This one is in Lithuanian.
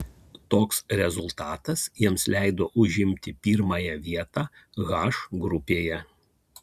toks rezultatas jiems leido užimti pirmąją vietą h grupėje